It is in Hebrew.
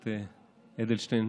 הכנסת אדלשטיין,